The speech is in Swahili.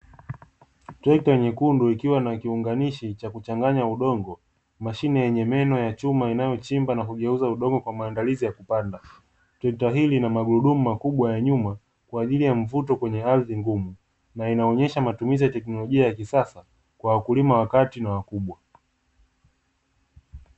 Trekta nyekundu ikiwa na kiunganishi cha kuchanganya udongo ni mashine yenye meno ya chuma inayochimba na kugeuza udogo kwa maandalizi ya vibanda trekta hii na maburudumu makubwa ya nyuma kwa ajili ya mvuto kwenye ardhi ngumu na inaonyesha matumizi ya teknolojia ya kisasa kwa wakulima wa kati na wakubwa